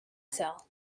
tell